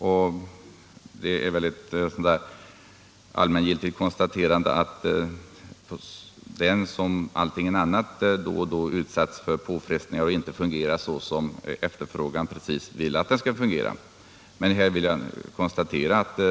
Man kan väl allmänt konstatera att den, som allting annat, då och då utsätts för påfrestningar och inte fungerar som efterfrågan kräver att den skall fungera.